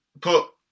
put